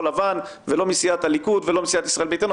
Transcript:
לבן ולא מסיעת הליכוד ולא מסיעת ישראל ביתנו.